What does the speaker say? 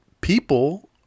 people